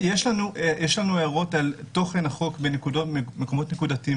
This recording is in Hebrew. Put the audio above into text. יש לנו הערות על תוכן החוק במקומות נקודתיים,